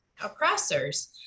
oppressors